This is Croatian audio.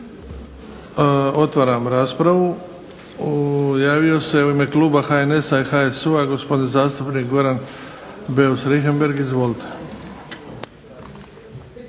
Otvaram raspravu. Javio se u ime kluba HNS-a, HSU-a gospodin zastupnik Goran Beus Richembergh. Izvolite.